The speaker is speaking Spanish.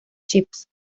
chips